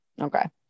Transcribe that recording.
Okay